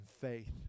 faith